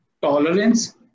tolerance